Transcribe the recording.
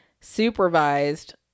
supervised